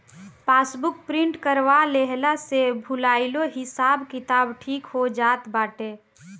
passbook print करवा लेहला से भूलाइलो हिसाब किताब ठीक हो जात बाटे